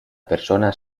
persona